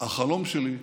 החלום שלי,